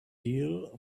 deal